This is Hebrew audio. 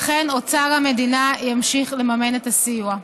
לכן אוצר המדינה ימשיך לממן את הסיוע.